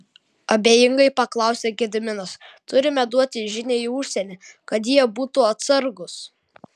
abejingai paklausė gediminas turime duoti žinią į užsienį kad jie būtų atsargūs